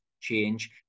change